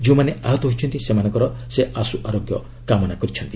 ଯେଉଁମାନେ ଆହତ ହୋଇଛନ୍ତି ସେମାନଙ୍କ ସେ ଆଶୁ ଆରୋଗ୍ୟ କାମନା କରିଛନ୍ତି